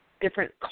different